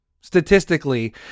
Statistically